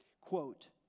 Quote